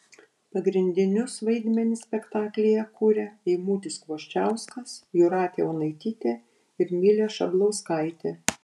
pagrindinius vaidmenis spektaklyje kuria eimutis kvoščiauskas jūratė onaitytė ir milė šablauskaitė